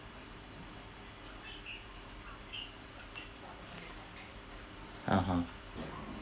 (uh huh)